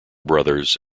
brothers